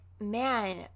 man